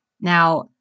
Now